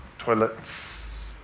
Toilets